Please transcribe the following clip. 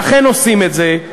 אכן עושים את זה.